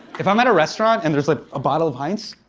if i'm at a restaurant and there's like a bottle of heinz.